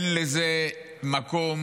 אין לזה מקום.